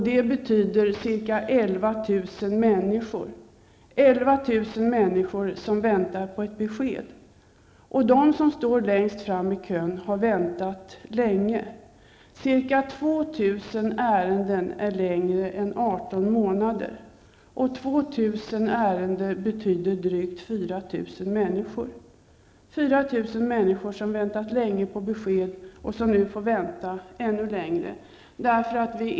Det betyder att det är ca 11 000 människor som väntar på ett besked. De som står längst fram i kön har väntat länge. Ca 2 000 ärenden betyder att 18 månader inte räcker till, och 2 000 ärenden betyder att det handlar om drygt 4 000 människor -- människor som länge väntat på besked och som på detta sätt får vänta ännu längre.